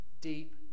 deep